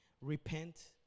Repent